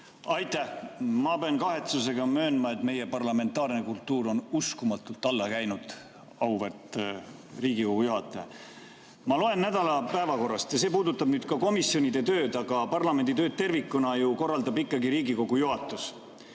Aitäh! Ma pean kahetsusega möönma, et meie parlamentaarne kultuur on uskumatult alla käinud, auväärt Riigikogu juhataja. Ma loen nädala päevakorrast, ja see puudutab ka komisjonide tööd, aga parlamendi tööd tervikuna korraldab ikkagi Riigikogu juhatus,